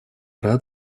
рад